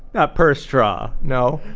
not per straw no,